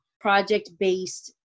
project-based